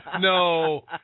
No